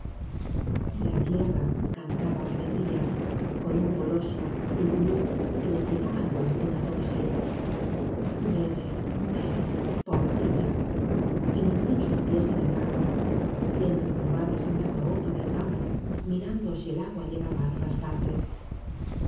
la tierra cantaba de alegría con un go loso glu glu que les llegaba al corazón á todos ellos bebe bebe pobrecita y hun dían sus pies en el barro yendo encorvados de un lado á otro del campo mirando si el agua llegaba á todas partes